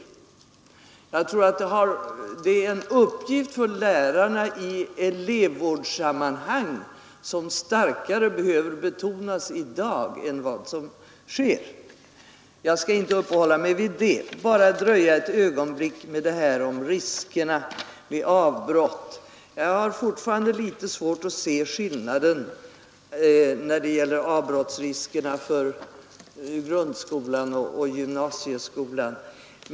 Jag tror att detta är en uppgift för lärarna i elevvårdssammanhang som i dag behöver betonas starkare än vad som sker. Jag skall inte uppehålla mig vid det utan bara dröja ett ögonblick vid det här om riskerna vid avbrott. Fortfarande har jag litet svårt att se skillnaden när det gäller avbrottsriskerna för grundskolan och gymnasieskolan.